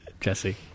Jesse